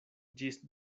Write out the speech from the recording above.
ĝis